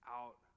out